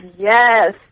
Yes